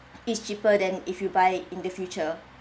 it's cheaper than if you buy in the future